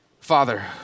Father